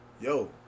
yo